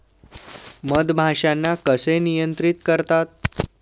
मधमाश्यांना कसे नियंत्रित करतात?